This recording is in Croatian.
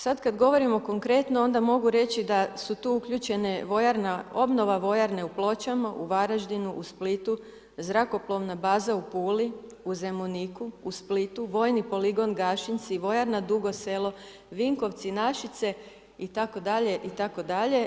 Sada kada govorimo konkretno, onda mogu reći da su tu uključena vojarna, obnova vojarne u Pločama, u Varaždinu, u Splitu, zrakoplove baze u Puli, u Zemuniku, u Splitu, vojni poligon Gašinci, vojarna Dugo Selo, Vinkovci, Našice, itd. itd.